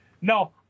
no